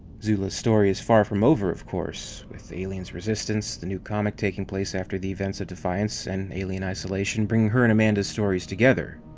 zula's story is far from over, of course, with aliens resistance, the new comic taking place after the events of defiance, and alien isolation bringing her and amanda's stories together.